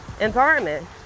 environment